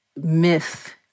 myth